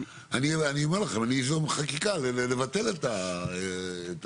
אני אומר לכם שאזום חקיקה לבטל את הרפורמה.